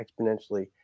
exponentially